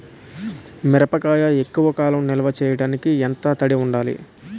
మిరపకాయ ఎక్కువ కాలం నిల్వ చేయటానికి ఎంత తడి ఉండాలి?